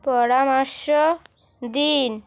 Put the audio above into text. পরামর্শ দিন